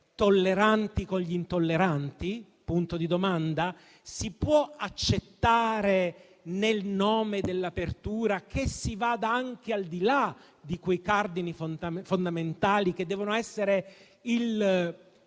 tolleranti con gli intolleranti? Si può accettare, nel nome dell'apertura, che si vada anche al di là di quei cardini fondamentali che devono essere la